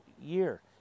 year